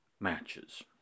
matches